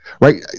right